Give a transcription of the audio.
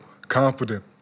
confident